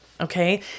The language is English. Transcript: okay